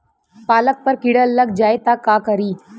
पालक पर कीड़ा लग जाए त का करी?